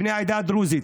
בני העדה הדרוזית,